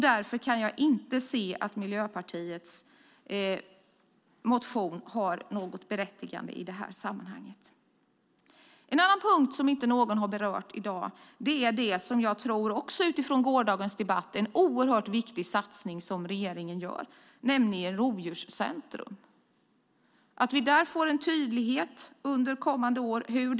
Därför kan jag inte se att Miljöpartiets motion har något berättigande i det här sammanhanget. En annan fråga som ingen har berört i dag, men som nämndes i går, är den viktiga satsning som regeringen gör på ett rovdjurscentrum. Under kommande år tydliggörs hur det ska utformas.